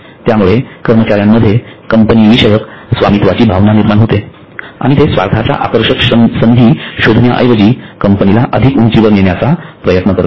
यामुळे कर्मचाऱ्यांमध्ये कंपनी विषयक स्वामित्वाची भावना निर्माण होते आणि ते स्वार्थाच्या आकर्षक संधी शोधण्याऐवजी कंपनीला अधिक उंचीवर नेण्याचा प्रयत्न करतात